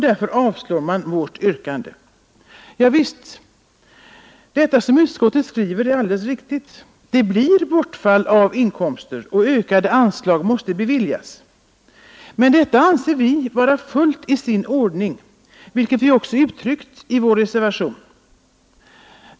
Därför avstyrker man vårt yrkande. Vad utskottet skriver är alldeles riktigt. Det blir bortfall av inkomster, och ökade anslag måste beviljas. Men detta anser vi vara fullt i sin ordning, vilket vi också uttryckt i vår reservation.